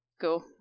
Go